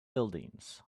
buildings